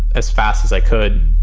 as fast as i could.